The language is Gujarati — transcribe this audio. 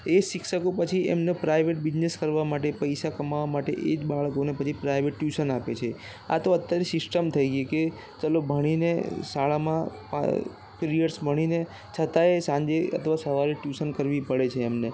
એ શિક્ષકો પછી એમનો પ્રાઇવેટ બિઝનેસ કરવા માટે પૈસા કમાવવા માટે એ જ બાળકોને પછી પ્રાઇવેટ ટ્યુશન આપે છે આ તો અત્યારે સિસ્ટમ થઇ ગઇ કે ચલો ભણીને શાળામાં પિરિયડ્સ ભણીને છતાંય સાંજે અથવા સવારે ટૂશન કરવી પડે છે એમ